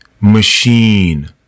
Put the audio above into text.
machine